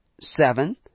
seven